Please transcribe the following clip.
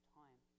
time